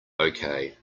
okay